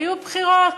היו בחירות,